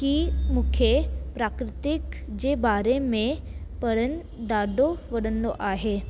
की मूंखे प्राकृतिक जे बारे में पढ़णु ॾाढो वणंदो आहे